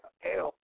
hell